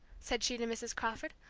said she to mrs. crawford.